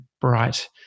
bright